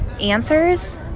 answers